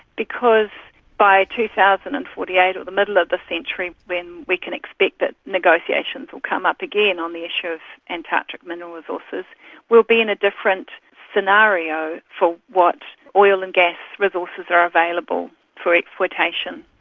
because by two thousand and forty eight or the middle of the century when we can expect that negotiations will come up again on the issue of antarctic mineral resources, we will be in a different scenario for what oil and gas resources are available for exploitation.